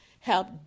help